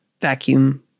vacuum